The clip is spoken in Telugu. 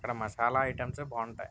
అక్కడ మసాలా ఐటమ్స్ యే బాగుంటాయి